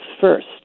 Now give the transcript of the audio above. first